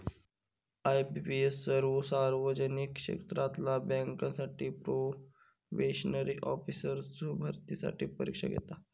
IBPS सर्वो सार्वजनिक क्षेत्रातला बँकांसाठी प्रोबेशनरी ऑफिसर्सचो भरतीसाठी परीक्षा घेता